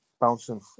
bouncing